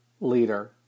Leader